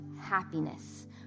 happiness